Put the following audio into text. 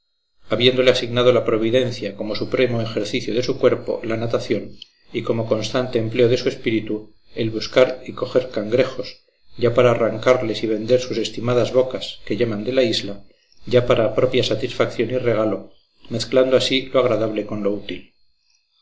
habiéndole asignado la providencia como supremo ejercicio de su cuerpo la natación y como constante empleo de su espíritu el buscar y coger ya para arrancarles y vender sus estimadas bocas que llaman de la isla ya para propia satisfacción y regalo mezclando así lo agradable con lo útil